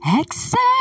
Accept